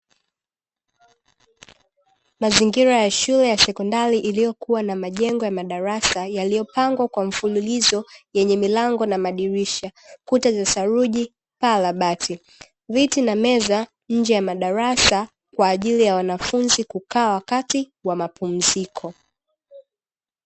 Mazingira ya shule ya sekondari iliyokuwa na majengo ya madarasa yaliyopangwa kwa mfululizo yenye milango na madirisha, kuta za saruji, paa la bati, viti na meza nje ya madarasa kwa ajili ya wanafunzi kukaa wakati wa mapumziko.